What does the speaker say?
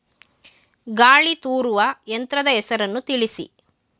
ಗಾಳಿ ತೂರುವ ಯಂತ್ರದ ಹೆಸರನ್ನು ತಿಳಿಸಿ?